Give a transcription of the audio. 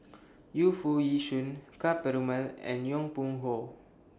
Yu Foo Yee Shoon Ka Perumal and Yong Pung How